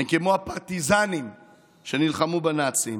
הם כמו הפרטיזנים שנלחמו בנאצים.